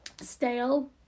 stale